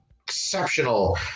exceptional